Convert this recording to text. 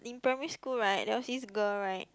in primary school right there was this girl right